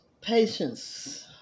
Patience